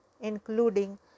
including